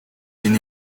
энэ